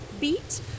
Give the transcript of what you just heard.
beat